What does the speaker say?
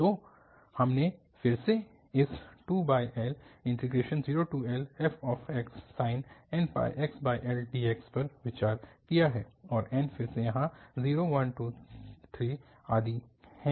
तो हमने फिर से इस 2L0Lfxsin nπxL dx पर विचार किया है और n फिर से यहाँ 1 2 आदि हैं